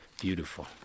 beautiful